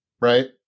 right